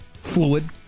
fluid